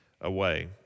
away